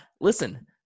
listen